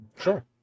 Sure